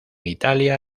italia